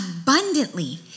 abundantly